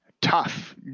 tough